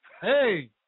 Hey